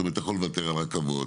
כמו הטבות.